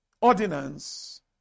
ordinance